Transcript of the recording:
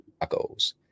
tacos